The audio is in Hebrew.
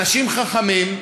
אנשים חכמים,